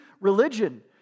religion